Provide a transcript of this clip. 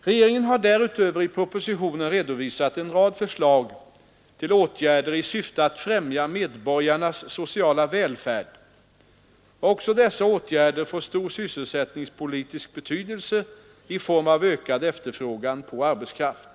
Regeringen har därutöver i propositionen redovisat en rad förslag till åtgärder i syfte att främja medborgarnas sociala välfärd. Också dessa åtgärder får stor sysselsättningspolitisk betydelse i form av ökad efterfrågan på arbetskraft.